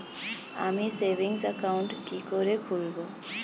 আমি savings account কি করে খুলব?